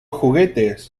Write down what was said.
juguetes